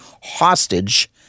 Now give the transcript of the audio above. hostage